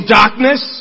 darkness